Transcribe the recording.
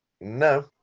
No